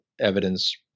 evidence